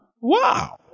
Wow